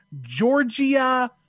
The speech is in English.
Georgia